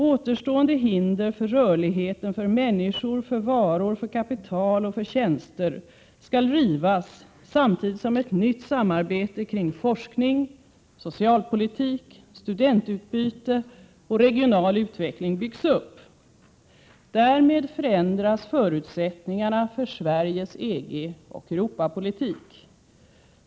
Återstående hinder för rörligheten för människor, för varor, för kapital och för tjänster skall rivas samtidigt som ett nytt samarbete kring forskning, socialpolitik, studentutbyte och regional utveckling byggs [LT Därmed förändras förutsättningarna för Sveriges EG och Europapolitik.